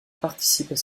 participent